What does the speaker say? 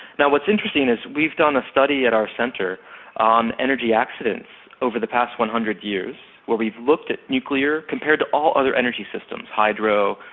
now what's interesting is we've done a study at our centre on energy accidents over the past one hundred years where we've looked at nuclear compared to all other energy systems hydro,